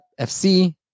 FC